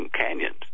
canyons